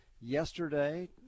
Yesterday